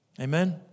Amen